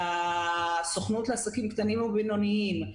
לסוכנות לעסקים ובינוניים,